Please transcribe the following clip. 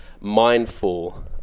mindful